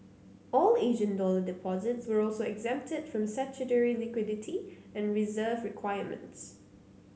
all Asian dollar deposits were also exempted from statutory liquidity and reserve requirements